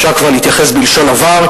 אפשר כבר להתייחס בלשון עבר,